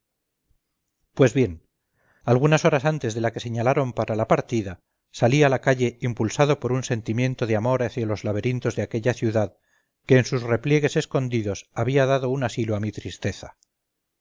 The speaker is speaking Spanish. pues bien algunas horas antes de la que señalaron para la partida salí a la calle impulsado por un sentimiento de amor hacia los laberintos de aquella ciudad que en sus repliegues escondidos había dado un asilo a mi tristeza